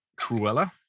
cruella